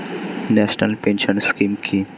National pension scheme কি?